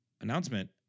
announcement